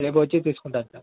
రేపు వచ్చి తీసుకుంటాను సార్